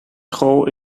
school